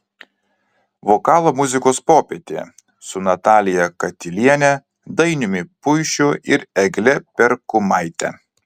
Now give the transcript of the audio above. vokalo muzikos popietė su natalija katiliene dainiumi puišiu ir egle perkumaite